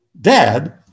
dad